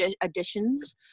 additions